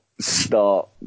start